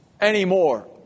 anymore